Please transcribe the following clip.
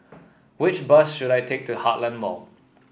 which bus should I take to Heartland Mall